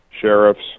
sheriffs